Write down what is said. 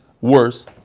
worse